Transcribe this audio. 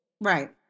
Right